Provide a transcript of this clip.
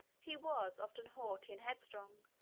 he was often haughty and headstrong,